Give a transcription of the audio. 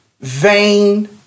vain